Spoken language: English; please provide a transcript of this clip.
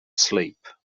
sleep